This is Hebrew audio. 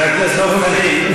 חבר הכנסת דב חנין,